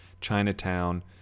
Chinatown